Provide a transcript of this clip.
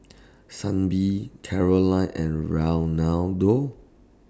Sibbie Caroline and Reinaldo